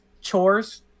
chores